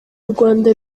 rwanda